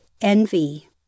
Envy